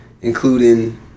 including